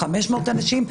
ב-500 אנשים,